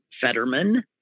Fetterman